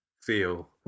feel